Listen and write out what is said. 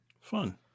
Fun